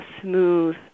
smooth